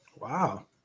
Wow